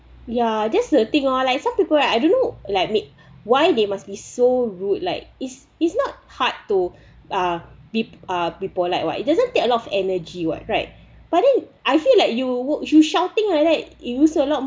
ya that's the thing lah like some people right I don't know like make why they must be so rude like it's it's not hard to uh be uh be polite what it doesn't take a lot of energy what right but then I feel like you work you shouting like that you use a lot more